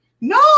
No